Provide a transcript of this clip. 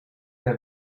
der